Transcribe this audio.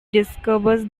discovers